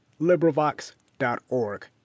LibriVox.org